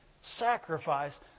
sacrifice